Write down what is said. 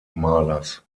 malers